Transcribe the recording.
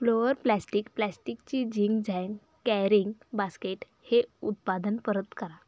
floor plastic प्लास्टिकची झिंग झँग कॅरींग बास्केट हे उत्पादन परत करा